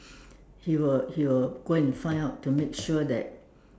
he will he will go and find out to make sure that